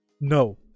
No